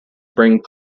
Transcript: bring